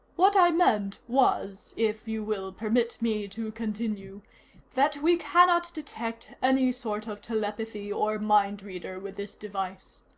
what i meant was if you will permit me to continue that we cannot detect any sort of telepathy or mind-reader with this device.